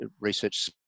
research